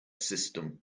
system